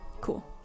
Cool